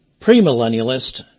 premillennialist